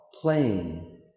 playing